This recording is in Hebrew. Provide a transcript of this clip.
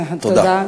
תודה.